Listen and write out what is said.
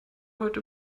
heute